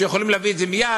שיכולים להביא את זה מייד.